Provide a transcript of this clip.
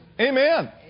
Amen